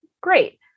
Great